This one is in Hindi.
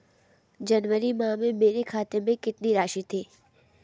जनवरी माह में मेरे खाते में कितनी राशि थी?